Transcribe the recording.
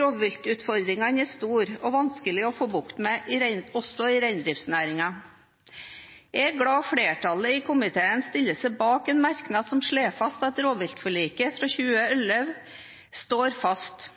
Rovviltutfordringene er store og vanskelige å få bukt med også i reindriftsnæringen. Jeg er glad for at flertallet i komiteen stiller seg bak en merknad som slår fast at rovviltforliket fra 2011, står fast.